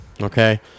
okay